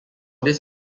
this